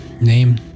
name